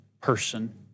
person